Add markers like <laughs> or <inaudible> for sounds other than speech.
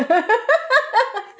<laughs>